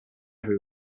every